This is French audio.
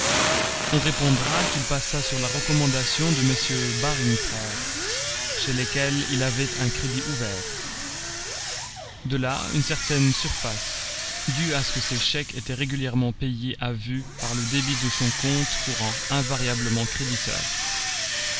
on répondra qu'il passa sur la recommandation de mm baring frères chez lesquels il avait un crédit ouvert de là une certaine surface due à ce que ses chèques étaient régulièrement payés à vue par le débit de son compte courant invariablement créditeur